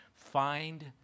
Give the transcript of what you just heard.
Find